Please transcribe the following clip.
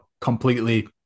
completely